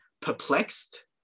perplexed